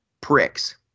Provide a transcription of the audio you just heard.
pricks